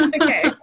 Okay